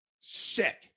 sick